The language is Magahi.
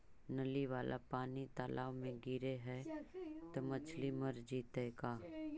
नली वाला पानी तालाव मे गिरे है त मछली मर जितै का?